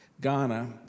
Ghana